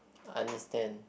understand